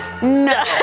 No